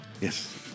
Yes